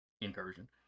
incursion